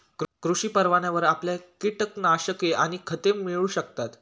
कृषी परवान्यावर आपल्याला कीटकनाशके आणि खते मिळू शकतात